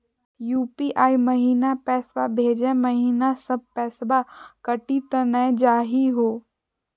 UPI महिना पैसवा भेजै महिना सब पैसवा कटी त नै जाही हो?